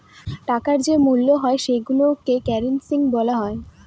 টাকার যে মূল্য হয় সেইগুলোকে কারেন্সি বলা হয়